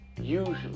usually